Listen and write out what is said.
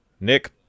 Nick